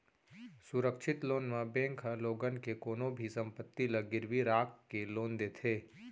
सुरक्छित लोन म बेंक ह लोगन के कोनो भी संपत्ति ल गिरवी राख के लोन देथे